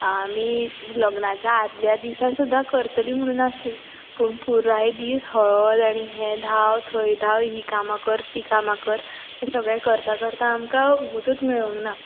आमी लग्नाच्या आदल्या दिसा सुद्दा करतलीं म्हणून आसलीं पूण पुराय दीस हळद आनी हें धांव थंय धांव हीं कामां कर तीं कामां कर हें सगळें करतां करतां आमकां वगतच मेळूंक ना